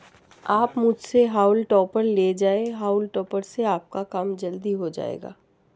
आप मुझसे हॉउल टॉपर ले जाएं हाउल टॉपर से आपका काम जल्दी हो जाएगा